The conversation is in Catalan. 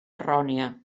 errònia